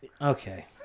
Okay